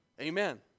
Amen